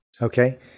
Okay